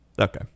Okay